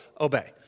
obey